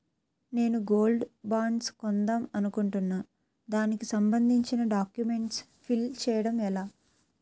నేను gold bonds కొందాం అనుకుంటున్నా దానికి సంబందించిన డాక్యుమెంట్స్ ఫిల్ చేయడం ఎలా?